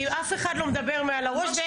אף אחד לא מדבר מעל הראש.